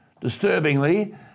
Disturbingly